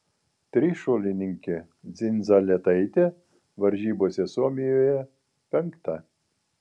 trišuolininkė dzindzaletaitė varžybose suomijoje penkta